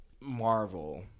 Marvel